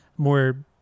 More